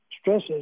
stresses